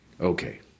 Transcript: Okay